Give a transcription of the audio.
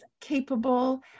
capable